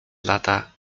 lata